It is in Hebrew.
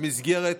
במסגרת